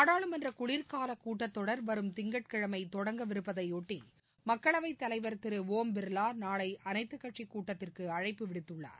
நாடாளுமன்ற குளிர்கால கூட்டத்தொடர் வரும் திங்கட்கிழமை தொடங்கவிருப்பதையொட்டி மக்களவைத் தலைவர் திரு ஒம் பிர்லா நாளை அனைத்துக் கட்சிக் கூட்டத்திற்கு அழைப்பு விடுத்துள்ளார்